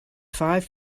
five